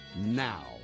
now